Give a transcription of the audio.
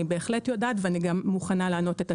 אני בהחלט יודעת ומוכנה לענות על הכול.